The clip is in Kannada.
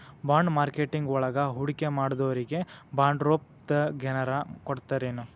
ಬಾಂಡ್ ಮಾರ್ಕೆಟಿಂಗ್ ವಳಗ ಹೂಡ್ಕಿಮಾಡ್ದೊರಿಗೆ ಬಾಂಡ್ರೂಪ್ದಾಗೆನರ ಕೊಡ್ತರೆನು?